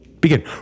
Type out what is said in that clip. Begin